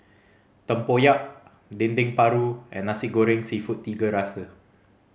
tempoyak Dendeng Paru and Nasi Goreng Seafood Tiga Rasa